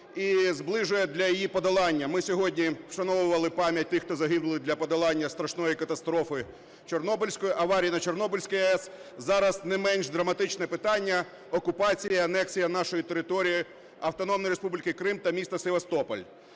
і зближує для її подолання. Ми сьогодні вшановували пам'ять тих, хто загинув для подолання страшної катастрофи Чорнобильської, аварії на Чорнобильській АЕС. Зараз не менш драматичне питання – окупація , анексія нашої території - Автономної Республіки Крим та міста Севастополь.